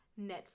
Netflix